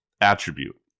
attribute